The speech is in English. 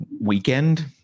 weekend